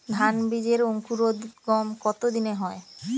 ধান বীজের অঙ্কুরোদগম কত দিনে হয়?